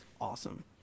awesome